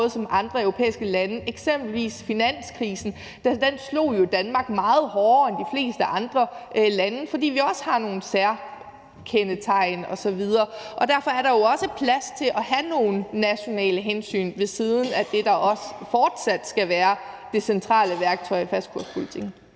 måde som andre europæiske lande. Eksempelvis ramte finanskrisen jo Danmark meget hårdere end de fleste andre lande, fordi vi har nogle særkendetegn osv. Derfor er der jo også plads til at have nogle nationale hensyn ved siden af det, der fortsat skal være det centrale værktøj, nemlig fastkurspolitikken.